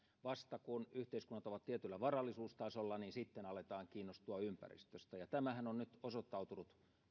vasta sitten kun yhteiskunnat ovat tietyllä varallisuustasolla aletaan kiinnostua ympäristöstä tämähän on nyt osoittautunut